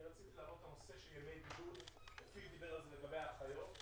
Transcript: אני רוצה להעלות את הנושא של ימי בידוד וזה דובר בנוגע לאחיות.